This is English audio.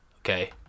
Okay